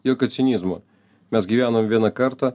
jokio cinizmo mes gyvenom vieną kartą